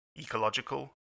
ecological